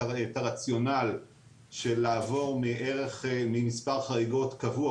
הרציונל של לעבור מערך ממספר חריגות קבוע,